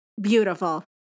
Beautiful